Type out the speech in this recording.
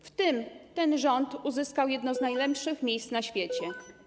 W tym ten rząd uzyskał jedno z najlepszych miejsc na świecie.